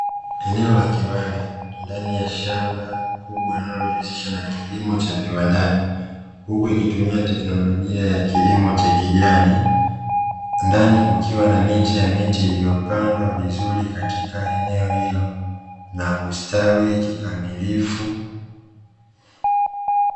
Eneo la kiwanda ndani ya shamba kubwa linalojihusisha na kilimo cha viwandani huku ikitumia teknolojia ya kilimo cha kijani, ndani kukiwa na miche ya miti iliyopandwa vizuri katika eneo hilo na kustawi kikamilifu.